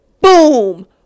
boom